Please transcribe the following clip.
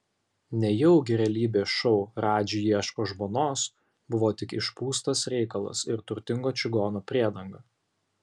nejaugi realybės šou radži ieško žmonos buvo tik išpūstas reikalas ir turtingo čigono priedanga